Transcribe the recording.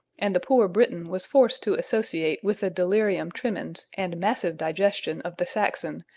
and the poor briton was forced to associate with the delirium tremens and massive digestion of the saxon,